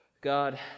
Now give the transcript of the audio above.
God